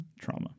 trauma